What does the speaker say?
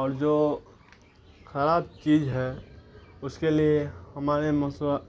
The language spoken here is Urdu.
اور جو خراب چیز ہے اس کے لیے ہمارے مسوا